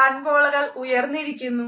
കൺപോളകൾ ഉയർന്നിരിക്കുന്നു